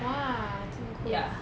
!wah! 这么 cool